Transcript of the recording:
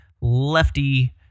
lefty